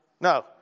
no